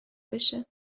بشه